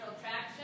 traction